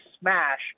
smash